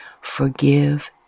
Forgive